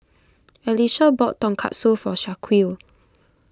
Alicia bought Tonkatsu for Shaquille